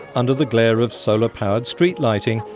under the glare of solar-powered street lighting,